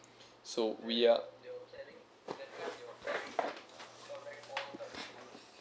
so we are